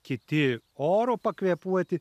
kiti oru pakvėpuoti